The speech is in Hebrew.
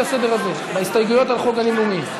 הסדר של הסתייגויות על חוק גנים לאומיים?